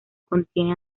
contiene